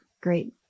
Great